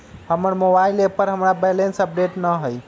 हमर mobile app पर हमर बैलेंस अपडेट न हई